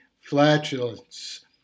flatulence